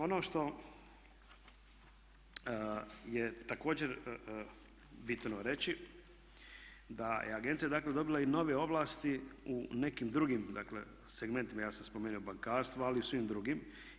Ono što je također bitno reći da je agencija, dakle dobila i nove ovlasti u nekim drugim, dakle segmentima ja sam spomenuo bankarstvo ali i u svim drugim.